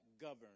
govern